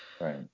right